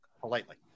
politely